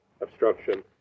obstruction